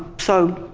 so,